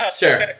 sure